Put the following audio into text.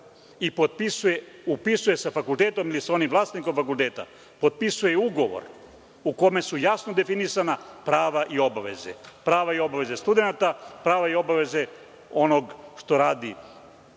i potpisuje sa fakultetom ili sa onim vlasnikom fakulteta, potpisuje ugovor u kome su jasno definisana prava i obaveze. Prava i obaveze studenta, prava i obaveze onog što izvodi